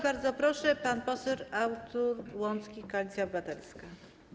Bardzo proszę, pan poseł Artur Łącki, Koalicja Obywatelska.